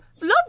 love